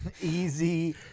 easy